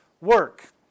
work